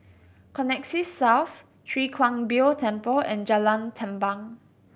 Connexis South Chwee Kang Beo Temple and Jalan Tampang